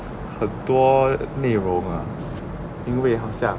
很多内容啊因为好像